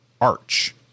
ARCH